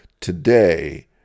today